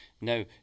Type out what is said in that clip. Now